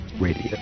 radio